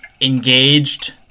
engaged